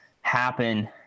happen